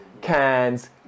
cans